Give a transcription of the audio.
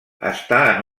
està